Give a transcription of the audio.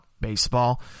baseball